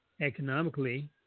economically